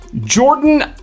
Jordan